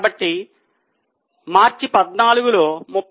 కాబట్టి మార్చి 14 లో 38